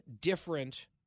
different